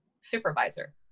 supervisor